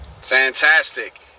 fantastic